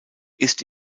ist